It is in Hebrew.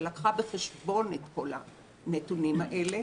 שלקחה בחשבון את כל הנתונים האלה.